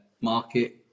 market